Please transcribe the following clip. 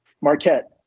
Marquette